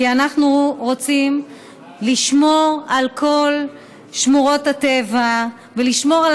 כי אנחנו רוצים לשמור על כל שמורות הטבע ולשמור על